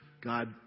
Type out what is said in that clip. God